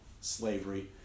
slavery